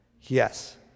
Yes